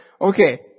Okay